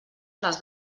les